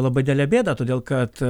labai didelę bėdą todėl kad